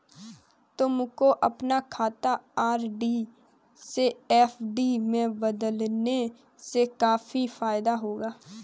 तुमको अपना खाता आर.डी से एफ.डी में बदलने से काफी फायदा होगा